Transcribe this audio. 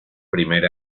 primer